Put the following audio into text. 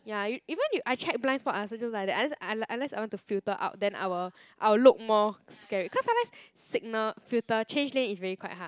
ya even if I check blind spot I also just like that unless un~ unless I want to filter out then I will I will look more scary cause sometimes signal filter change lane is really quite hard